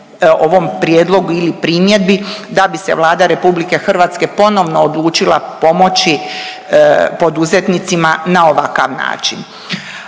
ovom prijedlogu ili primjedbi da bi se Vlada Republike Hrvatske ponovno odlučila pomoći poduzetnicima na ovakav način.